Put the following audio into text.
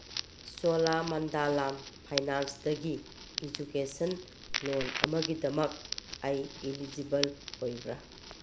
ꯆꯣꯂꯥꯃꯟꯗꯂꯝ ꯐꯥꯏꯅꯥꯟꯁꯇꯒꯤ education loan ꯑꯃꯒꯤꯗꯃꯛ ꯑꯩ ꯏꯂꯤꯖꯤꯕꯜ ꯑꯣꯏꯕ꯭ꯔꯥ